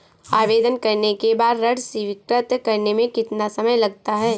आवेदन के बाद ऋण स्वीकृत करने में कितना समय लगता है?